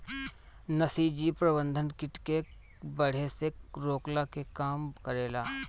नाशीजीव प्रबंधन किट के बढ़े से रोकला के काम करेला